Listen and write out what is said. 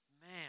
man